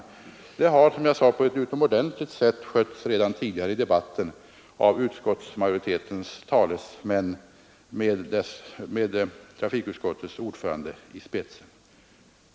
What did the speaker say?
Det har redan tidigare i debatten på ett utomordentligt sätt berörts av utskottsmajoritetens talesmän med trafikutskottets ordförande i spetsen.